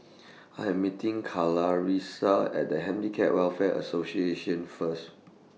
I Am meeting Clarisa At The Handicap Welfare Association First